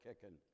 kicking